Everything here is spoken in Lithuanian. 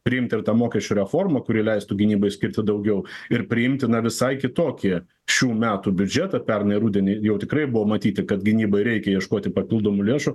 priimti ir tą mokesčių reformą kuri leistų gynybai skirti daugiau ir priimti na visai kitokį šių metų biudžetą pernai rudenį jau tikrai buvo matyti kad gynybai reikia ieškoti papildomų lėšų